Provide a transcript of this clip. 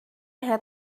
had